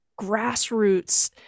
grassroots